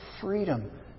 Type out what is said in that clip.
freedom